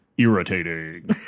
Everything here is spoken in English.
irritating